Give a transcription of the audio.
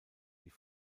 die